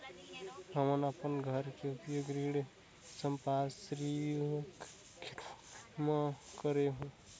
हमन अपन घर के उपयोग ऋण संपार्श्विक के रूप म करे हों